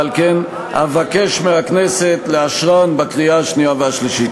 ועל כן אבקש מהכנסת לאשרן בקריאה שנייה ושלישית.